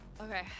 Okay